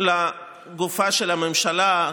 לגופה של הממשלה,